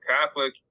Catholic